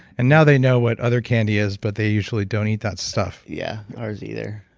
and now they know what other candy is, but they usually don't eat that stuff yeah, ours either.